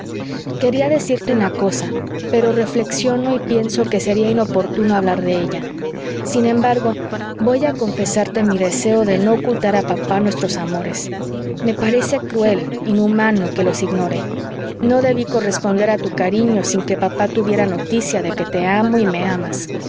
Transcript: quería decirte una cosa pero reflexiono y pienso que sería inoportuno hablar de ella sin embargo voy a confesarte mi deseo de no ocultar a papá nuestros amores me parece cruel inhumano que los ignore no debí corresponder a tu cariño sin que papá tuviera noticia de que te amo y me amas